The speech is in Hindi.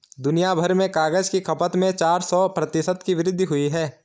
दुनियाभर में कागज की खपत में चार सौ प्रतिशत की वृद्धि हुई है